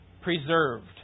preserved